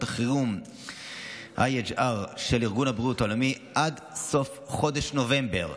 החירום IHR של ארגון הבריאות העולמי עד סוף חודש נובמבר,